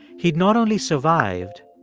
he'd not only survived,